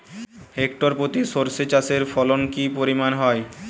Hectare প্রতি সর্ষে চাষের ফলন কি পরিমাণ হয়?